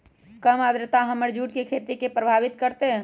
कम आद्रता हमर जुट के खेती के प्रभावित कारतै?